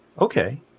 Okay